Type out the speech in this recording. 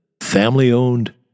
family-owned